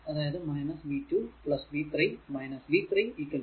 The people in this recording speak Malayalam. അതായതു v 2 v 3 3 0